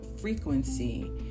frequency